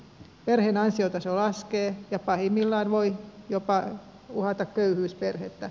perheen ansiotaso laskee ja pahimmillaan voi jopa uhata köyhyys perhettä